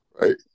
Right